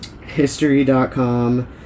history.com